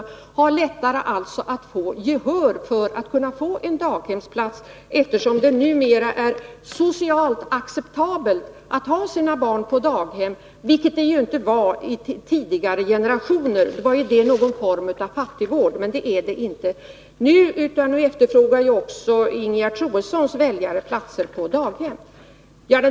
De har lättare att få gehör för att få en daghemsplats, eftersom det numera är socialt acceptabelt att ha sina barn på daghem, vilket det inte var i tidigare generationer. Då var det någon form av fattigvård. Men det är det inte nu, utan numera efterfrågar också Ingegerd Troedssons väljare platser på daghem.